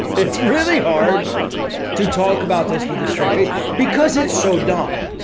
it's really hard to talk about this with a straight face because it's so dumb,